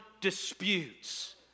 disputes